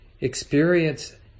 experience